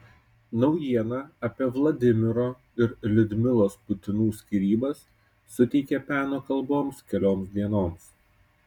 naujiena apie vladimiro ir liudmilos putinų skyrybas suteikė peno kalboms kelioms dienoms